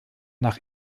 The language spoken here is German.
nach